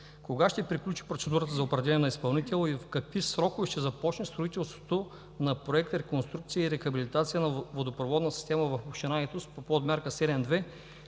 кога ще приключи процедурата за определяне на изпълнител и в какви срокове ще започне строителството на Проект „Реконструкция и рехабилитация на водопроводна система в община Айтос по Подмярка 7.2